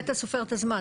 מתי אתה סופר את הזמן.